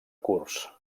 kurds